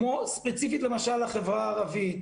למשל ספציפית לחברה הערבית,